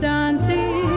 Dante